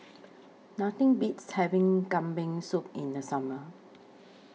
Nothing Beats having Kambing Soup in The Summer